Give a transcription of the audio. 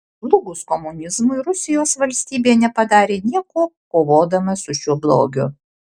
žlugus komunizmui rusijos valstybė nepadarė nieko kovodama su šiuo blogiu